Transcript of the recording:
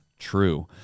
True